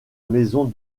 maison